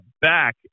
back